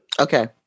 Okay